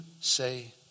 say